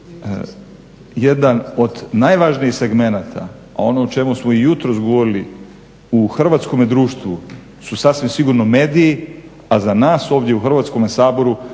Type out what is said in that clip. jedan od najvažnijih segmenata, a ono o čemu smo jutros govorili u hrvatskom društvu su sasvim sigurno mediji, a za nas ovdje u Hrvatskome saboru